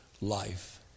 life